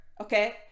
okay